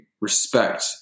respect